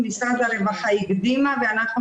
כי משרד הרווחה פתח יותר